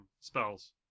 spells